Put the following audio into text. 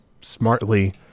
smartly